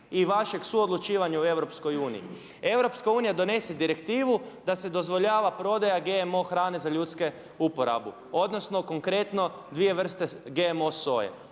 i vašeg suodlučivanja u EU. EU donese direktivu da se dozvoljava prodaja GMO hrane za ljudsku uporabu, odnosno konkretno dvije vrste GMO soje.